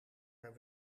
haar